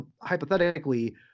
hypothetically